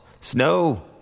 Snow